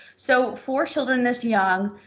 so for children this young,